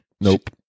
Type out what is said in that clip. nope